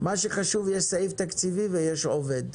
מה שחשוב הוא שיש סעיף תקציבי ויש עובד.